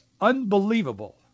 unbelievable